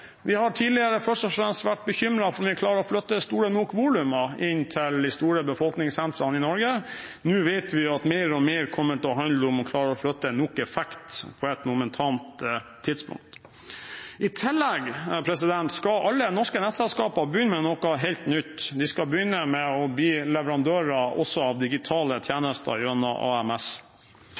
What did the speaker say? Vi har tidligere først og fremst vært bekymret for om vi klarer å flytte store nok volum inn til de store befolkningssentrene i Norge – nå vet vi at mer og mer kommer til å handle om å klare å flytte nok effekt på et momentant tidspunkt. I tillegg skal alle norske nettselskaper begynne med noe helt nytt. De skal begynne med å bli leverandører av også digitale tjenester gjennom AMS,